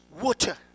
water